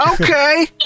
Okay